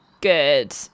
good